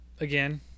again